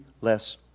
less